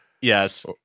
Yes